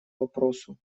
вопросу